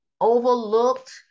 overlooked